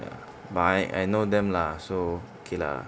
ya but I I know them lah so okay lah